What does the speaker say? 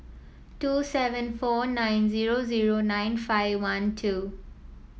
two seven four nine zero zero nine five one two